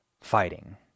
fighting